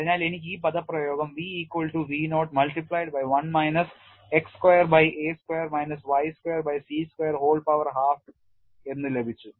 അതിനാൽ എനിക്ക് ഈ പദപ്രയോഗം v equal to v naught multiplied by 1 minus x square by a square minus y square by c square whole power half എന്ന് ലഭിച്ചു